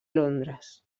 londres